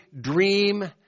dream